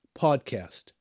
podcast